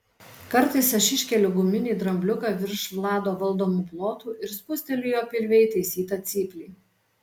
kartais aš iškeliu guminį drambliuką virš vlado valdomų plotų ir spusteliu jo pilve įtaisytą cyplį